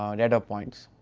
um data points.